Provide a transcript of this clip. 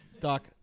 Doc